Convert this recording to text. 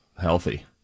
healthy